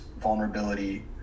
vulnerability